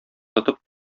тотып